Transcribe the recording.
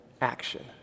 action